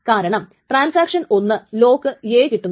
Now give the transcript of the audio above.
കാരണം ട്രാൻസാക്ഷൻ 1 ന് lock A കിട്ടുന്നു